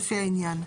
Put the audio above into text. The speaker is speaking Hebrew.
לפי העניין.